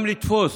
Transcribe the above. גם לתפוס